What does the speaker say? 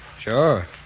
Sure